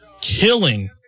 Killing